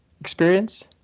experience